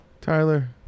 Tyler